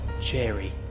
Jerry